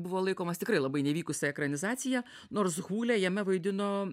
buvo laikomas tikrai labai nevykusia ekranizacija nors hūlę jame vaidino